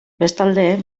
bestalde